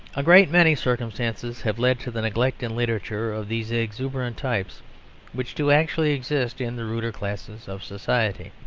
a great many circumstances have led to the neglect in literature of these exuberant types which do actually exist in the ruder classes of society.